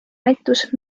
näitus